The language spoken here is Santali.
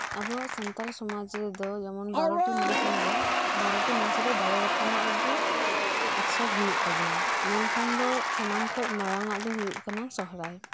ᱟᱵᱚᱣᱟᱜ ᱥᱟᱱᱛᱟᱞ ᱥᱚᱢᱟᱡᱽ ᱨᱮᱫᱚ ᱡᱮᱢᱚᱱ ᱵᱟᱨᱚᱴᱤ ᱢᱟᱥ ᱦᱮᱱᱟᱜᱼᱟ ᱵᱟᱨᱚᱴᱤ ᱢᱟᱥ ᱨᱮ ᱵᱟᱨᱚ ᱨᱚᱠᱚᱢᱟᱜ ᱜᱮ ᱩᱛᱥᱚᱵᱽ ᱦᱳᱭᱳᱜ ᱛᱟᱵᱚᱱᱟ ᱢᱮᱱᱠᱷᱟᱱ ᱫᱚ ᱥᱟᱱᱟᱢ ᱠᱷᱚᱱ ᱢᱟᱨᱟᱝ ᱟᱜ ᱫᱚ ᱦᱳᱭᱳᱜ ᱠᱟᱱᱟ ᱥᱚᱦᱨᱟᱭ